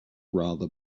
rather